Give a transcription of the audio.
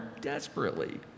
desperately